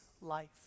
life